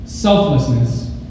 selflessness